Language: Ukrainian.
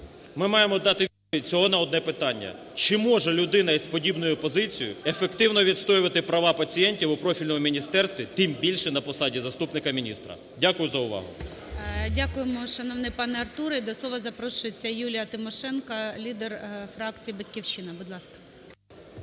Ми маємо дати відповідь всього на одне питання, чи може людина із подібною позицією ефективно відстоювати права пацієнтів у профільному міністерстві, тим більше на посаді заступника міністра. Дякую за увагу. ГОЛОВУЮЧИЙ. Дякуємо, шановний пане Артуре. До слова запрошується Юлія Тимошенко, лідер фракції "Батьківщина". Будь ласка.